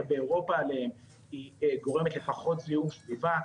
באירופה עליהם גורמת לפחות זיהום סביבה,